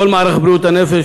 כל מערך בריאות הנפש,